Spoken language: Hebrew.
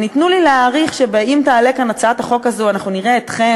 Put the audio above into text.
תנו לי להעריך שאם תעלה כאן הצעת החוק הזאת אנחנו נראה אתכם,